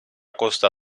costa